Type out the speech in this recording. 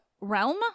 realm